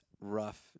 rough